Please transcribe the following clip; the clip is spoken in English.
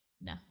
No